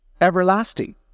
everlasting